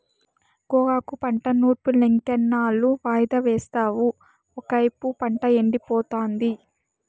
గోగాకు పంట నూర్పులింకెన్నాళ్ళు వాయిదా యేస్తావు ఒకైపు పంట ఎండిపోతాంది